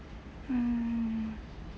mm